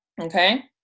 okay